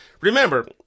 Remember